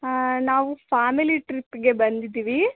ಹಾಂ ನಾವು ಫ್ಯಾಮಿಲಿ ಟ್ರಿಪ್ಗೆ ಬಂದಿದ್ದೀವಿ